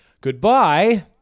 Goodbye